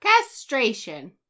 Castration